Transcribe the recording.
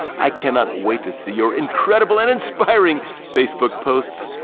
i cannot wait to see your incredible and inspiring facebook posts,